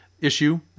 issue